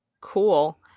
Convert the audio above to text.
Cool